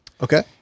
okay